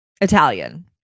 Italian